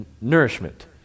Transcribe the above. nourishment